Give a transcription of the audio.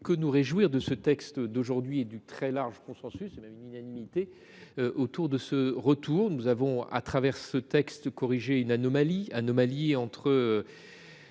que nous réjouir de ce texte d'aujourd'hui et du très large consensus et d'une unanimité autour de ce retour. Nous avons à travers ce texte corrigé une anomalie, anomalie entre